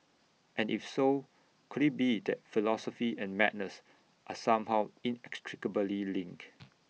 and if so could IT be that philosophy and madness are somehow inextricably linked